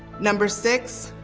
number six,